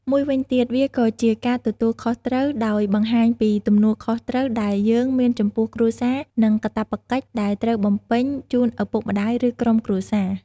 មួយវិញទៀតវាក៏ជាការទទួលខុសត្រូវ ដោយបង្ហាញពីទំនួលខុសត្រូវដែលយើងមានចំពោះគ្រួសារនិងការព្វកិច្ចដែលត្រូវបំពេញជូនឳពុកម្តាយឬក្រុមគ្រួសារ។